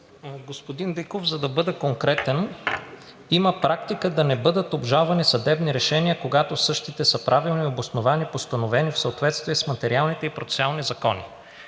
Господин Биков, за да бъда конкретен, има практика да не бъдат обжалвани съдебни решения, когато същите са правилни и обосновани, постановени в съответствие с материалните и процесуалните закони.